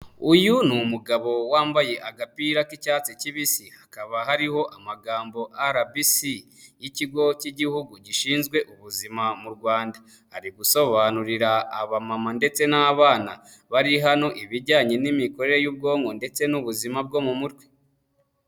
Uyu ni umugabo wambaye agapira k'icyatsi kibisi hakaba hariho amagambo RBC y'ikigo k'igihugu gishinzwe ubuzima mu Rwanda, ari gusobanurira abamama ndetse n'abana bari hano ibijyanye n'imikorere y'ubwonko ndetse n'ubuzima bwo mu mutwe.